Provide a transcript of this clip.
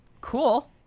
cool